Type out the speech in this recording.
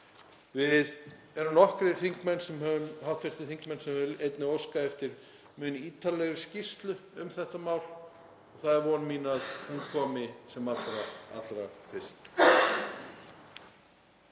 Við erum nokkrir hv. þingmenn sem höfum einnig óskað eftir mun ítarlegri skýrslu um þetta mál og það er von mín að hún komi sem allra fyrst.